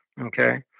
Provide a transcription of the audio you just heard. Okay